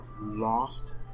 lost